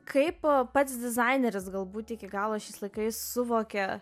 kaip pats dizaineris galbūt iki galo šiais laikais suvokė